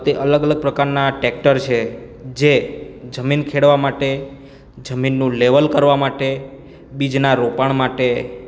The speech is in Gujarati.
તે અલગ અલગ પ્રકારનાં ટેક્ટર છે જે જમીન ખેડવા માટે જમીનનું લેવલ કરવા માટે બીજના રોપાણ માટે